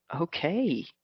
Okay